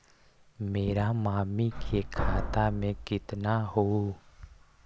मेरा मामी के खाता में कितना हूउ?